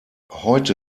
heute